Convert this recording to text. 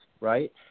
right